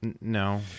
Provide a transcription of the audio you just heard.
No